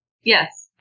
Yes